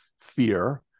fear